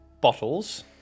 bottles